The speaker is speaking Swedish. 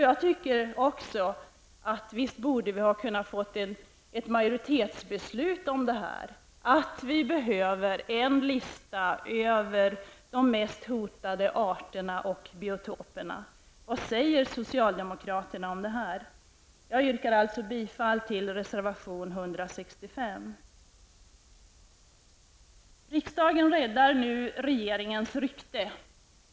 Jag tycker också att vi visst borde ha kunnat få ett majoritetsbeslut om att vi behöver en lista över de mest hotade arterna och biotoperna. Vad säger socialdemokraterna om det här? Jag yrkar bifall till reservation 165. Riksdagen räddar nu regeringens rykte.